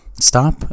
Stop